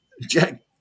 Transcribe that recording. Jack